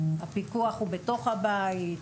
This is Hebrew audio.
הפיקוח הוא בתוך הבית,